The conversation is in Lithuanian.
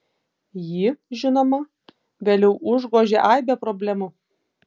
jį žinoma vėliau užgožė aibė problemų